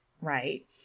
right